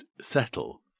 settle